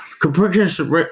Capricious